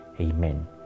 Amen